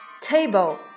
table